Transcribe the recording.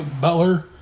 Butler